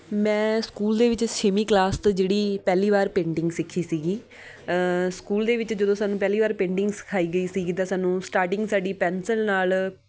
ਮੈਂ ਸਕੂਲ ਦੇ ਵਿੱਚ ਛੇਵੀਂ ਕਲਾਸ ਤੋਂ ਜਿਹੜੀ ਪਹਿਲੀ ਵਾਰ ਪੇਂਟਿੰਗ ਸਿੱਖੀ ਸੀਗੀ ਸਕੂਲ ਦੇ ਵਿੱਚ ਜਦੋਂ ਸਾਨੂੰ ਪਹਿਲੀ ਵਾਰ ਪੇਂਟਿੰਗ ਸਿਖਾਈ ਗਈ ਸੀਗੀ ਤਾਂ ਸਾਨੂੰ ਸਟਾਰਟਿੰਗ ਸਾਡੀ ਪੈਨਸਲ ਨਾਲ